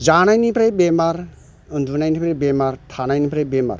जानायनिफ्राय बेमार उन्दुनायनिफ्राय बेमार थानायनिफ्राय बेमार